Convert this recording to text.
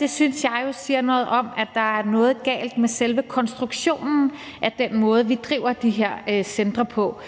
Det synes jeg jo siger noget om, at der er noget galt med selve konstruktionen af den måde, vi driver de her centre på.